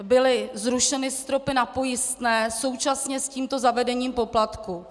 Byly zrušeny stropy na pojistné současně s tímto zavedením poplatků.